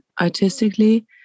artistically